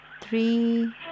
three